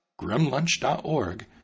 grimlunch.org